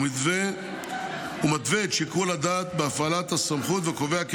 הוא מתווה את שיקול הדעת בהפעלת הסמכות וקובע כי